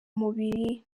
mubiri